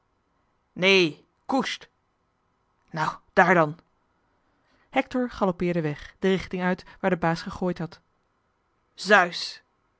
nee koesjt nou daar dan hector galoppeerde weg de richting uit waar de baas gegooid had zeus